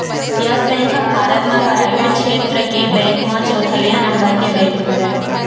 yes bank ह भारत म पराइवेट छेत्र के बेंक म चउथइया नंबर के बेंक हरय